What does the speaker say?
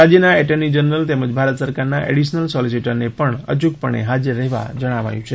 રાજ્યના attorney general તેમજ ભારત સરકારના એડિશનલ સોલિસિટરને પણ અયૂકપણે હાજર રહેવા જણાવાયું છે